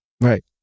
Right